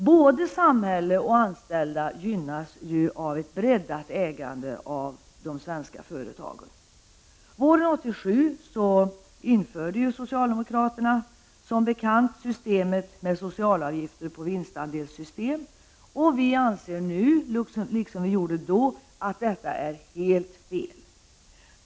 Både samhälle och anställda gynnas ju av ett breddat ägande av de svenska företagen. Våren 1987 införde socialdemokraterna som bekant systemet med socialavgifter på vinstandelssystem, och vi anser nu — liksom då — att detta är helt fel.